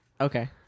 Okay